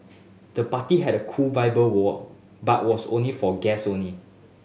the party had a cool vibe wall but was only for guest only